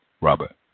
Robert